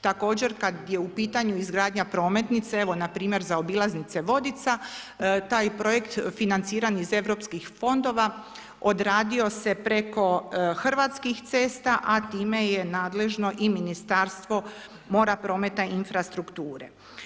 Također, kad je u pitanju izgradnja prometnice, evo npr., zaobilaznice Vodica, taj projekt financiran iz EU fondova odradio se preko Hrvatskih cesta, a time je nadležno i Ministarstvo mora, prometa i infrastrukture.